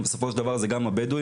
בסופו של דבר זה גם הבדואים,